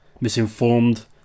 misinformed